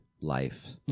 life